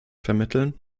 vermitteln